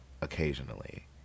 occasionally